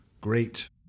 Great